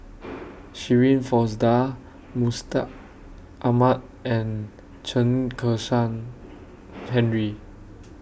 Shirin Fozdar Mustaq Ahmad and Chen Kezhan Henri